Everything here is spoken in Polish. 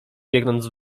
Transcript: biegnąc